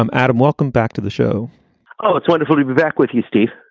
um adam, welcome back to the show oh, it's wonderful to be back with you, steve.